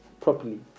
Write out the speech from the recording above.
properly